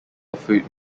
food